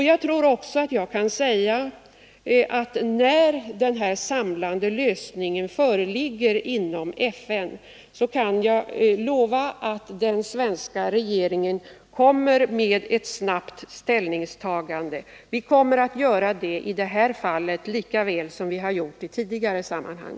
Jag tror att jag också kan lova att när den samlande lösningen föreligger inom FN så kommer den svenska regeringen med ett snabbt ställningstagande likaväl som vi har gjort i tidigare sammanhang.